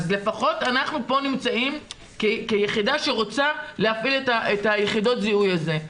אז לפחות אנחנו פה נמצאים כיחידה שרוצה להפעיל את היחידות זיהוי האלה.